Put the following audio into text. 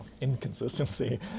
inconsistency